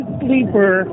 sleeper